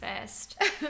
first